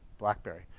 blackberry,